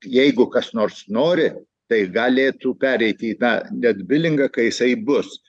jeigu kas nors nori tai galėtų pereiti į tą net bilingą kai jisai bus